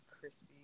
crispy